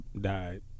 died